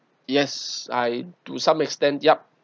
yes I to some extent yup